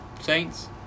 Saints